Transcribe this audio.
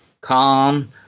calm